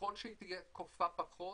ככל שהיא תהיה כופה פחות,